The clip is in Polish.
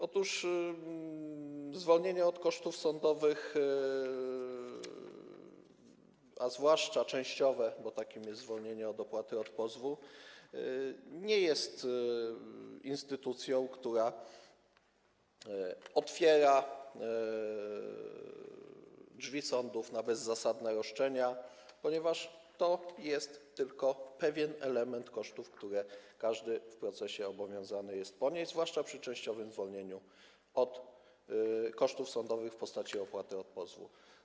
Otóż zwolnienie od kosztów sądowych, zwłaszcza częściowe, bo takim jest zwolnienie od opłaty od pozwu, nie jest instytucją, która otwiera drzwi sądów na bezzasadne roszczenia, ponieważ to jest tylko pewien element kosztów, które każdy jest obowiązany ponieść w procesie, zwłaszcza przy częściowym zwolnieniu od kosztów sądowych w postaci opłaty od pozwu.